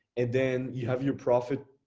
and then you have your profit,